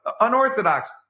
unorthodox